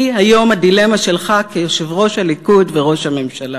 היא היום הדילמה שלך כיושב-ראש הליכוד וראש הממשלה